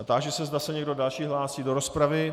A táži se, zda se někdo další hlásí do rozpravy.